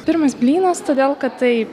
pirmas blynas todėl kad tai